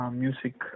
music